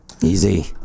Easy